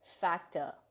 factor